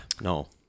no